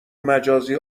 مجازی